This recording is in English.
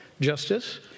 Justice